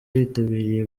bitabiriye